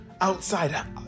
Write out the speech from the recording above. outside